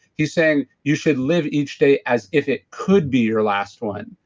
he's saying you should live each day as if it could be your last one.